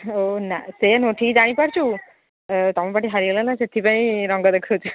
ହଉ ନା ସେ ନୁହଁ ଠିକ୍ ଜାଣିପାରୁଛୁ ତୁମ ପାର୍ଟି ହାରିଗଲା ନା ସେଥିପାଇଁ ରଙ୍ଗ ଦେଖାଉଛୁ